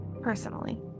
Personally